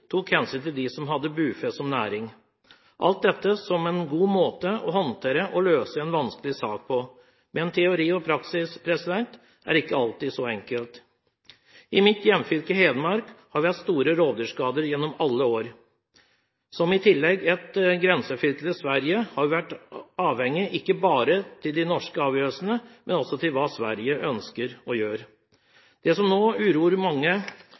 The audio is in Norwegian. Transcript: tok hensyn til dem som har bufe som næring – alt dette en god måte å håndtere og løse en vanskelig sak på, men teori og praksis er ikke alltid så enkelt. I mitt hjemfylke, Hedmark, har vi hatt store rovdyrskader gjennom alle år. Som et grensefylke til Sverige har vi i tillegg ikke bare vært avhengig av de norske avgjørelsene, men også hva Sverige ønsker å gjøre. Det som nå uroer mange,